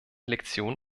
lektion